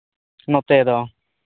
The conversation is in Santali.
ᱱᱚᱛᱮ ᱫᱚ